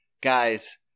guys